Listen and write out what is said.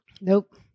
Nope